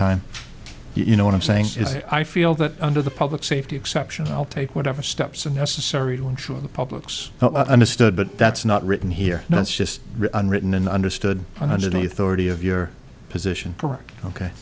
time you know what i'm saying is i feel that under the public safety exception i'll take whatever steps are necessary to ensure the public's understood but that's not written here that's just unwritten and understood underneath already of your position ok